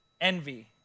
envy